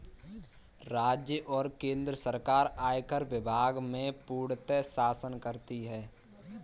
राज्य और केन्द्र सरकार आयकर विभाग में पूर्णतयः शासन करती हैं